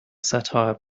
satire